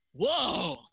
Whoa